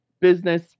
business